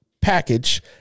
package